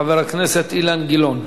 חבר הכנסת אילן גילאון.